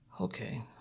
Okay